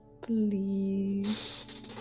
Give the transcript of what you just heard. Please